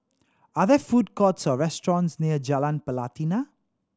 are there food courts or restaurants near Jalan Pelatina